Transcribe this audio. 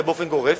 באופן גורף,